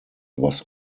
was